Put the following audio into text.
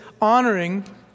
honoring